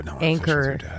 anchor